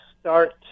start